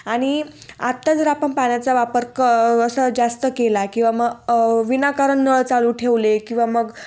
आणि आत्ता जर आपण पाण्याचा वापर क असा जास्त केला किंवा मग विनाकारण नळ चालू ठेवले किंवा मग